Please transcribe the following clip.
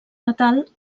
natal